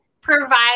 provide